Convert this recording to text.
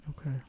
Okay